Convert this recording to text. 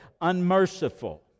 unmerciful